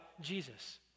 Jesus